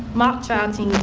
mock trial team,